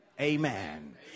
Amen